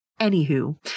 Anywho